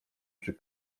przy